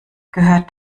gehört